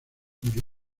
lluvia